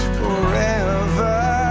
forever